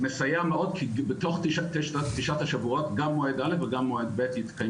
מסייע מאוד, כי בתוך תשעת השבועות גם מועד א' וגם